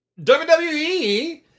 WWE